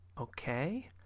Okay